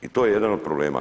I to je jedan od problema.